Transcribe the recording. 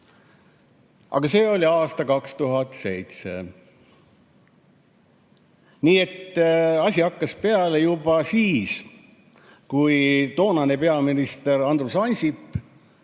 Ent see oli aastal 2007. Nii et asi hakkas peale juba siis, kui toonane peaminister Andrus Ansip